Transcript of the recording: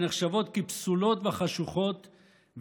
שנחשבות כפסולות וחשוכות,